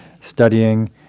studying